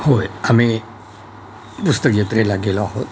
होय आम्ही पुस्तकयात्रेला गेलो आहोत